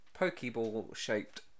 pokeball-shaped